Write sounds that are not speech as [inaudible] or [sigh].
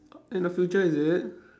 [noise] in the future is it